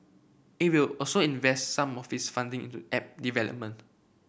it will also invest some of its funding into app development